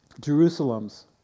Jerusalem's